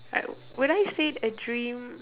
I would I said a dream